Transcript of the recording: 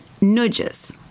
nudges